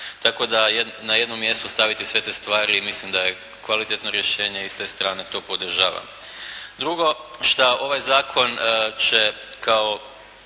Tako da na jednom mjestu staviti sve te stvari mislim da je kvalitetno rješenje i s te strane to podržavam. Drugo šta ovaj zakon će kao